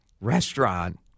restaurant